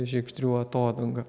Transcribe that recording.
žiegždrių atodangą